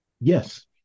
Yes